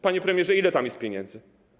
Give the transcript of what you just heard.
Panie premierze, ile tam jest pieniędzy?